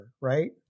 right